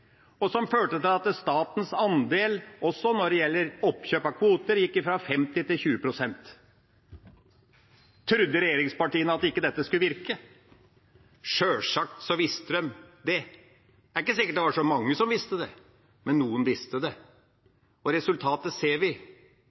og som førte til at statens andel når det gjaldt oppkjøp av kvoter, gikk fra 50 til 20 pst. Trodde regjeringspartiene at dette ikke skulle virke? Sjølsagt visste de det. Det er ikke sikkert det var så mange som visste det, men noen visste det. Og resultatet ser vi.